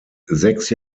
sechs